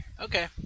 Okay